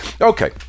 Okay